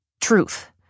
Truth